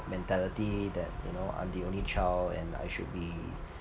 mentality that you know I'm the only child and I should be